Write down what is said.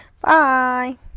Bye